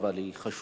אבל היא חשובה.